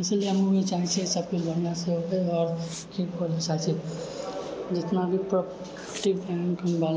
इसलिए हम चाहैत छिऐ कि ऐसा बढ़िआँ से होए आओर जितना भी